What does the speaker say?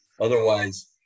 otherwise